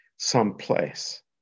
someplace